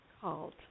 called